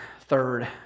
Third